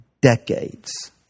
decades